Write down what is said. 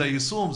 זה היישום,